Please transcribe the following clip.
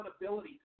accountability